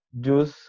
juice